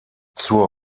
zur